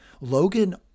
Logan